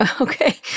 Okay